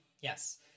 Yes